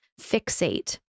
fixate